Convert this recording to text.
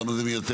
למה זה מייתר?